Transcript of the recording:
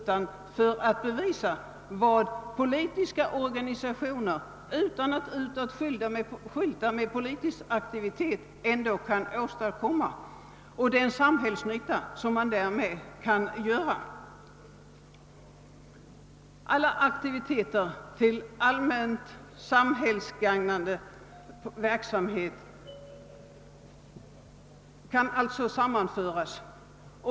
Jag har velat visa vad politiska organisationer, utan att utåt skylta med politisk aktivitet, ändå kan åstadkomma och vilken samhällsnytta som detta kan medföra, Alla allmänt samhällsgagnande verksamheter kan alltså sammanföras.